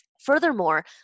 furthermore